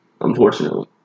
Unfortunately